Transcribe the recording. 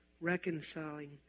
reconciling